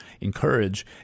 encourage